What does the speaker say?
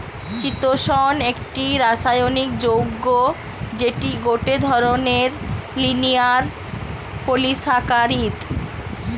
চিতোষণ একটি রাসায়নিক যৌগ্য যেটি গটে ধরণের লিনিয়ার পলিসাকারীদ